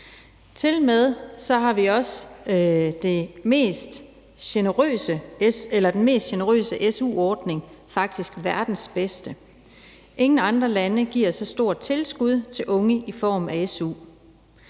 Tilmed har vi også den mest generøse su-ordning, det er faktisk verdens bedste, for ingen andre lande giver så stort et tilskud til unge i form af su,